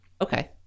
Okay